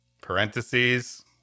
parentheses